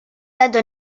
tanto